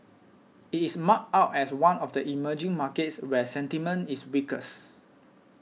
it is marked out as one of the emerging markets where sentiment is weakest